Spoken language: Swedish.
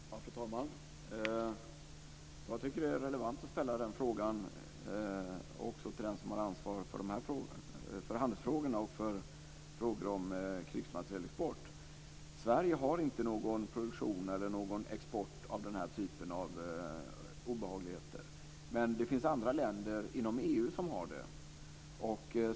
Fru talman! Jag tycker att det är relevant att ställa den frågan också till den som är ansvarig för handelsfrågorna och för frågor om krigsmaterielexport. Sverige har inte någon produktion eller någon export av den här typen av obehagligheter. Men det finns andra länder inom EU som har det.